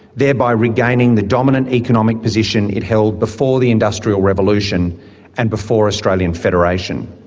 thereby regaining the dominant economic position it held before the industrial revolution and before australian federation.